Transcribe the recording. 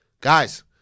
Guys